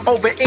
Over